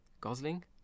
Gosling